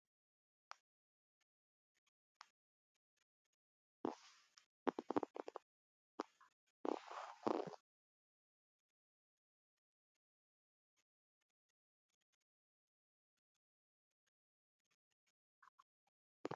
Umugore uri gucuruza ibirayi